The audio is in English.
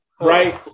Right